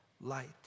light